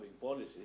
policies